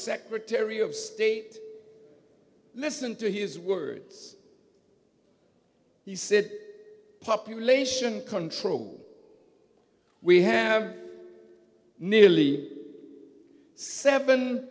secretary of state listened to his words he said population control we have nearly seven